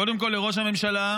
קודם כול לראש הממשלה,